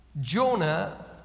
Jonah